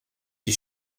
die